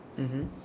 mmhmm